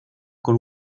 con